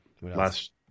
Last